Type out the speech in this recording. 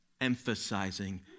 emphasizing